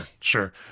sure